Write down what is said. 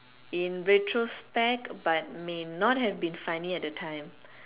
in retrospect but may not have been funny at that time